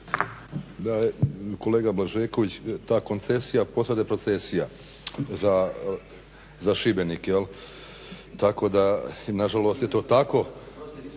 Kolega Blažeković ta koncesija postade procesija za Šibenik, tako da nažalost je to tako.